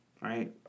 right